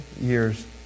years